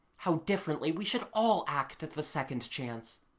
how differently we should all act at the second chance.